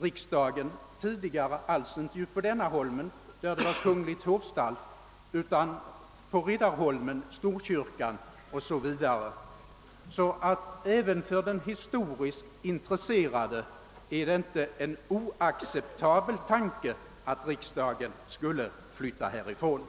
riksdagen tidigare alls inte på denna holme, som då var kungligt hovstall, utan på Riddarholmen, i Storkyrkan o.s.v. även för den historiskt intresserade är det inte en oacceptabel tanke att riksdagen skulle flytta härifrån.